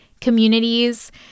communities